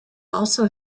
also